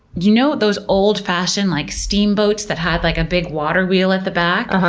you know those old-fashioned like steamboats that have like a big water wheel at the back?